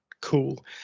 cool